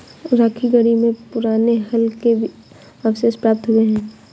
राखीगढ़ी में पुराने हल के अवशेष प्राप्त हुए हैं